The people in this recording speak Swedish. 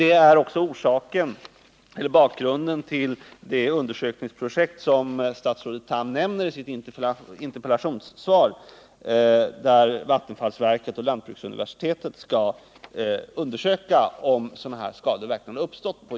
Detta är också bakgrunden till det projekt som statsrådet Tham nämner i sitt interpellationssvar och som går ut på att vattenfallsverket och Lantbruksuniversitetet skall undersöka om sådana skador verkligen har uppstått.